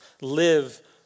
live